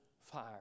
fire